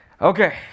Okay